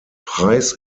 preis